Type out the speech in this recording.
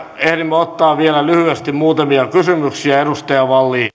ottaa vielä lyhyesti muutamia kysymyksiä edustaja wallin